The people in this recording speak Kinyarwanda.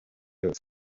yose